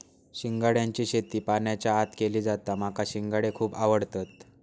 शिंगाड्याची शेती पाण्याच्या आत केली जाता माका शिंगाडे खुप आवडतत